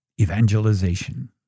Evangelization